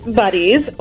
buddies